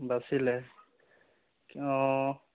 বাচিলে অঁ